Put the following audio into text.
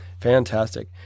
Fantastic